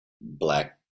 black